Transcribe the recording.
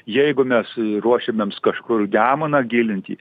jeigu mes ruošiamės kažkur nemuną gilinti